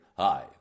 Hi